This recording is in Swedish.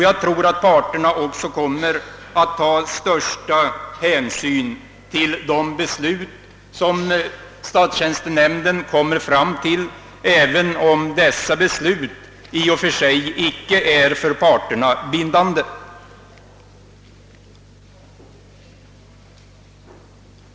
Jag tror också att parterna kommer att ta den största hänsyn till de beslut som statstjänstenämnden fattar, även om de i och för sig icke är för parterna bindande.